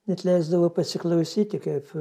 net leisdavo pasiklausyti kaip